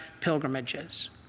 pilgrimages